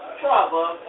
trouble